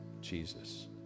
Jesus